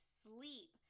sleep